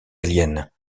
aliens